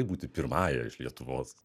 būti pirmąja iš lietuvos